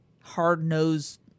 hard-nosed